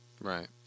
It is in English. right